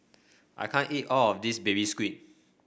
I can't eat all of this Baby Squid